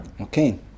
Okay